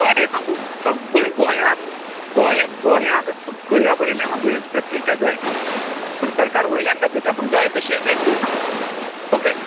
पळय सामकें सगल्या गोंयांक गोंयांक सगल्या पयल्या म्हादय प्रत्येका जाय पूण सरकार वयल्यान दाखयता पूण जाय तशें एक्टीव ना हो फॅक्ट